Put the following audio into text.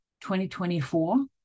2024